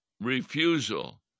refusal